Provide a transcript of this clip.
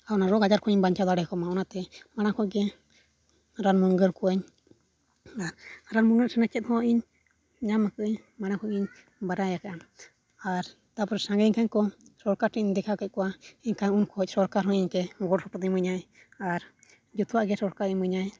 ᱚᱱᱟ ᱨᱳᱜᱽᱼᱟᱡᱟᱨ ᱠᱷᱚᱡᱤᱧ ᱵᱟᱧᱪᱟᱣ ᱫᱟᱲᱮᱭᱟᱠᱚ ᱢᱟ ᱚᱱᱟᱛᱮ ᱢᱟᱲᱟᱝ ᱠᱷᱚᱡᱜᱮ ᱨᱟᱱᱼᱢᱩᱨᱜᱟᱹᱱ ᱠᱚᱣᱟᱹᱧ ᱟᱨ ᱨᱟᱱᱼᱢᱩᱨᱜᱟᱹᱱ ᱥᱮᱱᱟᱜ ᱪᱮᱫᱦᱚᱸ ᱤᱧ ᱧᱟᱢ ᱠᱟᱜᱟᱹᱧ ᱢᱟᱲᱟᱝ ᱠᱷᱚᱡ ᱤᱧ ᱵᱟᱰᱟᱭ ᱟᱠᱟᱫᱼᱟ ᱟᱨ ᱛᱟᱨᱯᱚᱨᱮ ᱥᱟᱸᱜᱮᱭᱮᱱ ᱠᱷᱟᱱᱠᱚ ᱥᱚᱨᱠᱟᱨ ᱴᱷᱮᱱᱤᱧ ᱫᱮᱠᱷᱟᱣ ᱠᱮᱫ ᱠᱚᱣᱟ ᱮᱱᱠᱷᱟᱡ ᱩᱱ ᱠᱷᱚᱡᱽ ᱥᱚᱨᱠᱟᱨᱦᱚᱸ ᱤᱧ ᱴᱷᱮᱡ ᱜᱚᱲᱚᱥᱚᱯᱚᱦᱚᱫ ᱮ ᱤᱢᱟᱹᱧᱟᱭ ᱟᱨ ᱡᱚᱛᱚᱣᱟᱜ ᱜᱮ ᱥᱚᱨᱠᱟᱨᱮ ᱤᱢᱟᱹᱧᱟᱭ